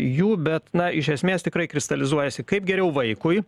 jų bet na iš esmės tikrai kristalizuojasi kaip geriau vaikui